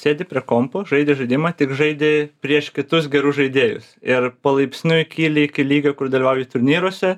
sėdi prie kompo žaidi žaidimą tik žaidi prieš kitus gerus žaidėjus ir palaipsniui kyli iki lygio kur dalyvauji turnyruose